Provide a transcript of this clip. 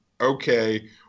okay